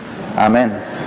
Amen